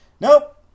nope